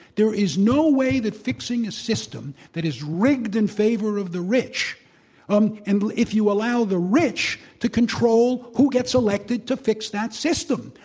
there is no way that fixing a system that is rigged in favor of the rich um and if you allow the rich to control who gets elected to fix that system.